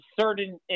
certain